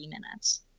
minutes